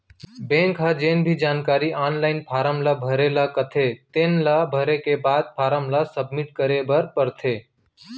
bank ह जेन भी जानकारी आनलाइन फारम ल भरे ल कथे तेन ल भरे के बाद फारम ल सबमिट करे बर परथे